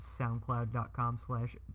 SoundCloud.com/slash